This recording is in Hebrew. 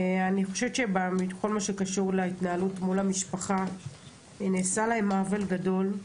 אני חושבת בכל מה שקשור להתנהלות מול המשפחה נעשה להם עוול גדול,